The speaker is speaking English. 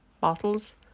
bottles